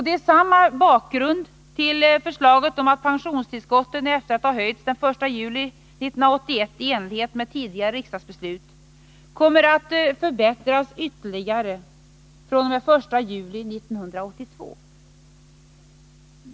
Det är samma bakgrund till förslaget om att pensionstillskotten, efter att ha höjts den 1 juli 1981 i enlighet med tidigare riksdagsbeslut, kommer att förbättras ytterligare fr.o.m. den 1 juli 1982.